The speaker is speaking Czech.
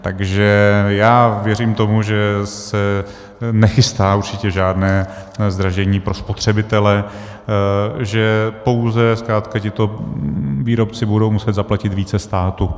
Takže věřím tomu, že se nechystá určitě žádné zdražení pro spotřebitele, že pouze zkrátka tito výrobci budou muset zaplatit více státu.